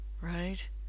right